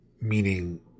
meaning